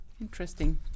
Interesting